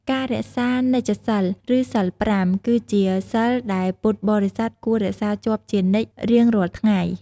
ការរក្សានិច្ចសីល ឬសីល ៥ គឺជាសីលដែលពុទ្ធបរិស័ទគួររក្សាជាប់ជានិច្ចរៀងរាល់ថ្ងៃ។